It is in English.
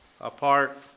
apart